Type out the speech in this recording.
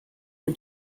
for